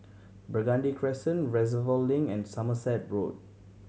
Burgundy Crescent Reservoir Link and Somerset Road